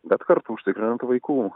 bet kartu užtikrinant vaikų